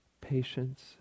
patience